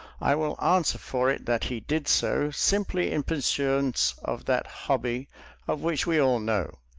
i will answer for it that he did so simply in pursuance of that hobby of which we all know.